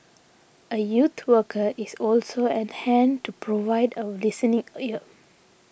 a youth worker is also and hand to provide a listening ear